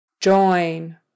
Join